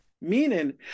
meaning